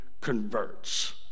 converts